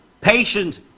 Patient